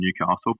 Newcastle